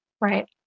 right